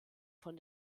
von